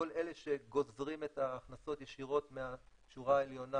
כל אלה שגוזרים את ההכנסות ישירות מהשורה העליונה,